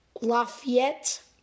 Lafayette